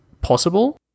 possible